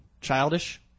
Childish